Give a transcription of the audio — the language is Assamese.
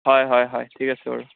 হয় হয় হয় ঠিক আছে বাৰু